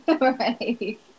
Right